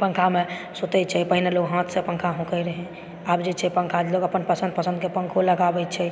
पङ्खामे सुतै छै पहिने लोग हाथसंँ अपन पङ्खा हौंकैत रहए आब जे छै पङ्खा लोग अपन अपन पसन्दके पङ्खो लगाबैत छै